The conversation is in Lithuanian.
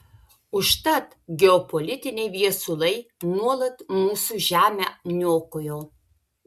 užtat geopolitiniai viesulai nuolat mūsų žemę niokojo